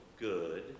good